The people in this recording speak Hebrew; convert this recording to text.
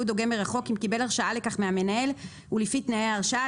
דוגם מרחוק אם קיבל הרשאה לכך מהמנהל ולפי תנאי ההרשאה,